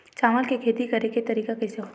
चावल के खेती करेके तरीका कइसे होथे?